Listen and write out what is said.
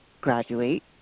graduate